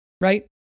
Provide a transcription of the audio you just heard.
Right